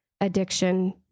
addiction